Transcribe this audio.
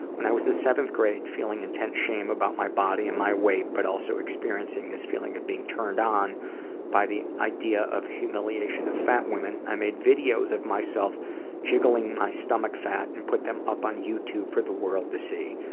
when i was in seventh grade, feeling intense shame about my body and my weight, but also experiencing this feeling of being turned on by the idea of humiliation of fat women. i made videos of myself jiggling my stomach fat and put them up on youtube for the world to see.